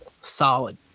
solid